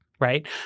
Right